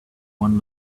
one